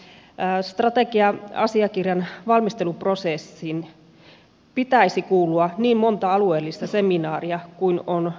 strategia asiakirjan valmisteluprosessiin pitäisi kuulua niin monta alueellista seminaaria kuin on avejakin